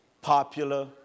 popular